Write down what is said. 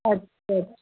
अछा